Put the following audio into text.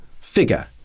figure